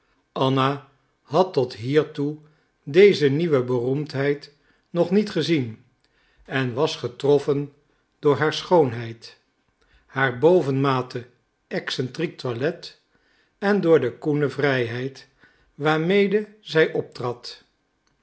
anna had tot hiertoe deze nieuwe beroemdheid nog niet gezien en was getroffen door haar schoonheid haar bovenmate excentriek toilet en door de koene vrijheid waarmede zij